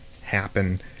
happen